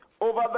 over